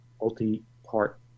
multi-part